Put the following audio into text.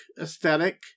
aesthetic